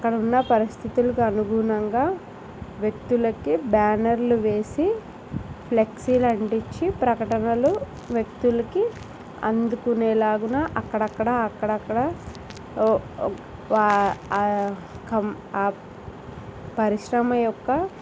అక్కడ ఉన్న పరిస్థితులకు అనుగుణంగా వ్యక్తులకు బ్యానర్లు వేసి ఫ్లెక్సీలు అంటించి ప్రకటనలు వ్యక్తులకి అందుకునేలాగా అక్కడక్కడ అక్కడ అక్కడ ఆ ఆఆ పరిశ్రమ యొక్క